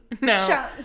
No